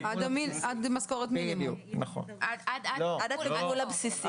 המינימום, עד התגמול הבסיסי.